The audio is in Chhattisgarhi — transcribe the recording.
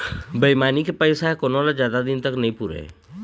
बेईमानी के पइसा ह कोनो ल जादा दिन तक नइ पुरय